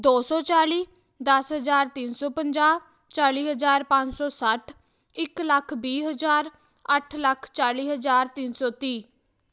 ਦੋ ਸੌ ਚਾਲ੍ਹੀ ਦਸ ਹਜ਼ਾਰ ਤਿੰਨ ਸੌ ਪੰਜਾਹ ਚਾਲ੍ਹੀ ਹਜ਼ਾਰ ਪੰਜ ਸੌ ਸੱਠ ਇੱਕ ਲੱਖ ਵੀਹ ਹਜ਼ਾਰ ਅੱਠ ਲੱਖ ਚਾਲ੍ਹੀ ਹਜ਼ਾਰ ਤਿੰਨ ਸੌ ਤੀਹ